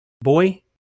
boy